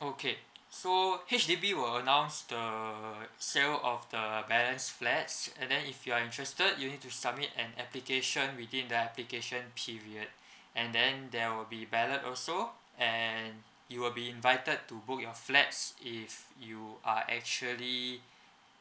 okay so H_D_B will announce the sale of the balance flats and then if you are interested you need to submit an application within the application period and then there will be ballot also and you will be invited to book your flats if you are actually